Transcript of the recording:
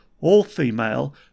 all-female